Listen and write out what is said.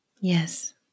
Yes